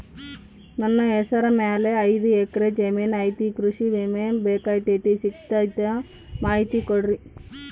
ನನ್ನ ಹೆಸರ ಮ್ಯಾಲೆ ಐದು ಎಕರೆ ಜಮೇನು ಐತಿ ಕೃಷಿ ವಿಮೆ ಬೇಕಾಗೈತಿ ಸಿಗ್ತೈತಾ ಮಾಹಿತಿ ಕೊಡ್ರಿ?